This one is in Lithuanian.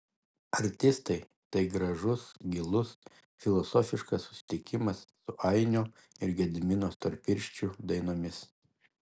artistai tai gražus gilus filosofiškas susitikimas su ainio ir gedimino storpirščių dainomis